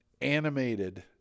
animated